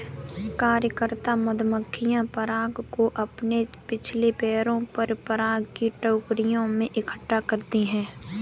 कार्यकर्ता मधुमक्खियां पराग को अपने पिछले पैरों पर पराग की टोकरियों में इकट्ठा करती हैं